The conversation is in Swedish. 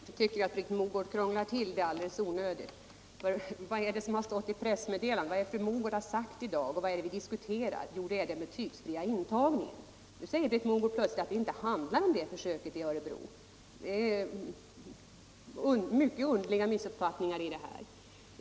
Herr talman! Jag tycker att Britt Mogård krånglar till det hela alldeles onödigt. Vad är det som har stått i pressmeddelandet, vad är det fru Mogård har sagt i dag och vad är det vi diskuterar? Jo, den betygsfria intagningen. Nu säger Britt Mogård plötsligt att försöket i Örebro inte handlar om den. Det finns mycket underliga missuppfattningar här.